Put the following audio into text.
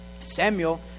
Samuel